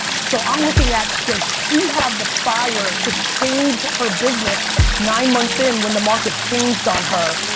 so i'm looking at, does she have the fire to change her business nine months in when the market changed on her?